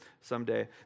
someday